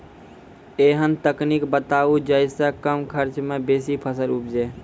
ऐहन तकनीक बताऊ जै सऽ कम खर्च मे बेसी फसल उपजे?